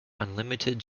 unlimited